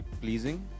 pleasing